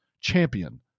champion